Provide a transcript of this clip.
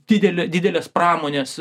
didelė didelės pramonės